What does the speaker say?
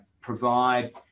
provide